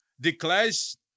declares